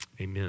Amen